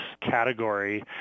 category